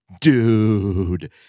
dude